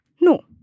No